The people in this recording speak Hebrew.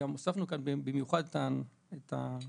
הוספנו כאן במיוחד את הריכוך,